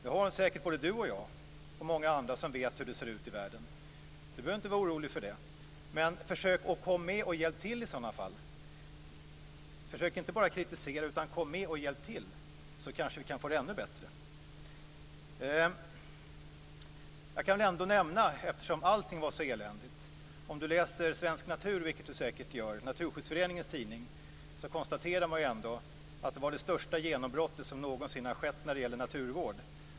Det har säkert både han och jag och många andra som vet hur det ser ut i världen. Lennart Daléus behöver inte vara orolig för det. Men försök att komma med och hjälpa till i sådana fall. Försök inte bara kritisera, utan kom med och hjälp till, så kanske vi kan få det ännu bättre. Eftersom allt var så eländigt kan jag ändå nämna att om Lennart Daléus läser Svensk Natur, Naturskyddsföreningens tidning, vilket han säkert gör, kan han se att man där konstaterar att det var det största genombrottet som någonsin har skett när det gäller naturvård.